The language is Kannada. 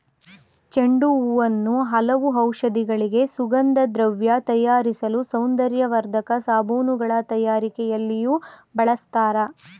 ಚೆಂಡು ಹೂವನ್ನು ಹಲವು ಔಷಧಿಗಳಿಗೆ, ಸುಗಂಧದ್ರವ್ಯ ತಯಾರಿಸಲು, ಸೌಂದರ್ಯವರ್ಧಕ ಸಾಬೂನುಗಳ ತಯಾರಿಕೆಯಲ್ಲಿಯೂ ಬಳ್ಸತ್ತರೆ